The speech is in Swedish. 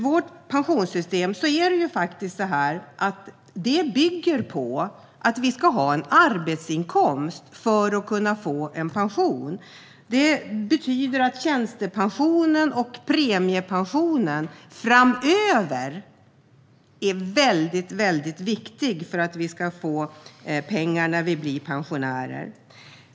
Vårt pensionssystem bygger på att vi ska ha en arbetsinkomst för att kunna få en pension. Det betyder att tjänstepensionen och premiepensionen framöver är väldigt viktiga för att vi ska få pengar när vi blir pensionärer.